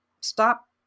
stop